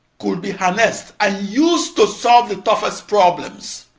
could be harnessed and used to solve the toughest problems,